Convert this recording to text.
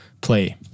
play